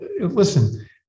listen